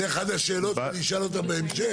זאת אחת השאלות שאני אשאל אותם בהמשך,